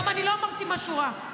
אני גם לא אמרתי משהו רע.